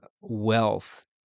wealth